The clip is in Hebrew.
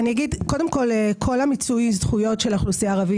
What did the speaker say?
קודם כול כל מיצוי הזכויות של האוכלוסייה הערבית